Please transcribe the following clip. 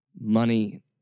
money